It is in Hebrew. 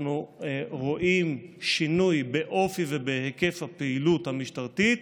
אנחנו רואים שינוי באופי ובהיקף של הפעילות המשטרתית,